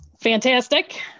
Fantastic